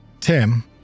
Tim